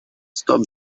stop